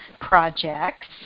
projects